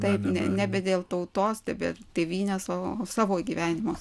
taip ne nebe dėl tautos nebe tėvynės o savo gyvenimus